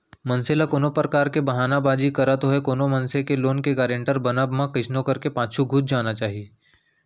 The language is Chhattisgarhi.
मनसे ल कोनो परकार के बहाना बाजी करत होय कोनो मनसे के लोन के गारेंटर बनब म कइसनो करके पाछू घुंच जाना चाही